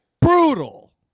Brutal